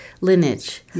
lineage